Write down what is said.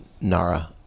Nara